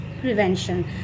prevention